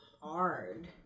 hard